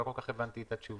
לא כל כך הבנתי את התשובה.